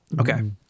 Okay